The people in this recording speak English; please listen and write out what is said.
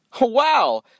Wow